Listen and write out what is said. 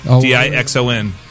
D-I-X-O-N